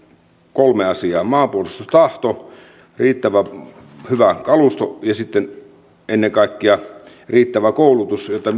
kolme asiaa maanpuolustustahto riittävän hyvä kalusto ja sitten ennen kaikkea riittävä koulutus jotta